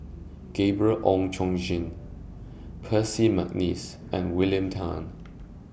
Gabriel Oon Chong Jin Percy Mcneice and William Tan